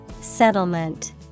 Settlement